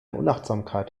unachtsamkeit